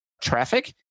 traffic